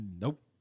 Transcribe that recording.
nope